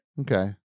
Okay